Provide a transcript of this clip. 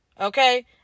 okay